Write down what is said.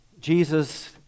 Jesus